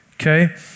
Okay